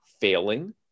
failing